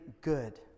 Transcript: good